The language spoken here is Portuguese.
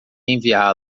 enviá